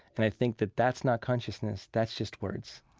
and i think that that's not consciousness, that's just words